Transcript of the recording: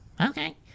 okay